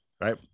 Right